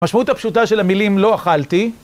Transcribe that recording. משמעות הפשוטה של המילים לא אכלתי